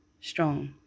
strong